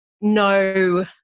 no